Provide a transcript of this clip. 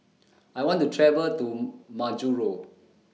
I want to travel to Majuro